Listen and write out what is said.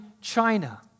China